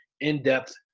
in-depth